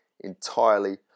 entirely